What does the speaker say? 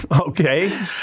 Okay